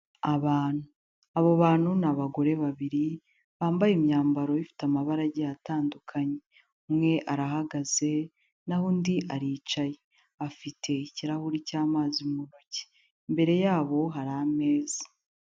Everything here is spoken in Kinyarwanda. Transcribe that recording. Abantu, abo bantu ni abagore babiri, bambaye imyambaro ifite amabara agiye atandukanye, umwe arahagaze, na ho undi aricaye, afite ikirahuri cy'amazi mu ntoki, imbere yabo hari ameza.